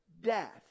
death